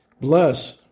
Bless